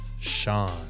Sean